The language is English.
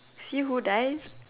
see who dies